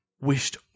wished